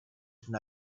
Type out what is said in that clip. στην